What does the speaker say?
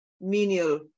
menial